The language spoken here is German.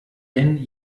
denn